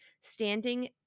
standing